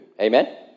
Amen